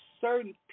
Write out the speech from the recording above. certain